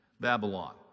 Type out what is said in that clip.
Babylon